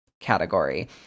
category